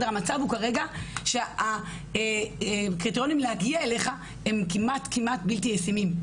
המצב הוא כרגע שהקריטריונים להגיע אליך הם כמעט בלתי ישימים,